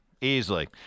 easily